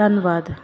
ਧੰਨਵਾਦ